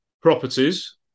properties